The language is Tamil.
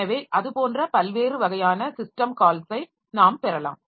எனவே அது போன்ற பல்வேறு வகையான சிஸ்டம் கால்ஸை நாம் பெறலாம்